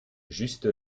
juste